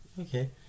okay